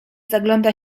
zagląda